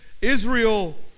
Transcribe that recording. Israel